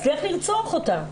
הצליח לרצוח אותה.